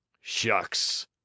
Shucks